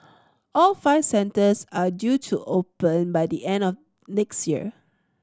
all five centres are due to open by the end of next year